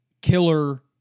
killer